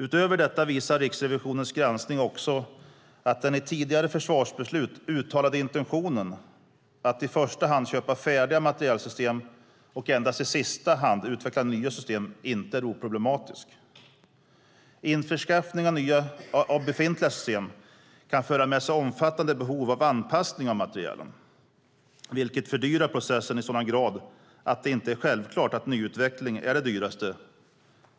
Utöver detta visar Riksrevisionens granskning att den i tidigare försvarsbeslut uttalade intentionen att i första hand köpa färdiga materielsystem och endast i sista hand utveckla nya system inte är oproblematisk. Införskaffning av befintliga system kan föra med sig omfattande behov av anpassning av materielen, vilket fördyrar processen i sådan grad att det inte är självklart att nyutveckling är det dyraste